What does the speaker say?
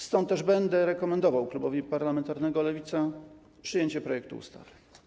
Stąd też będę rekomendował klubowi parlamentarnemu Lewica przyjęcie projektu ustawy.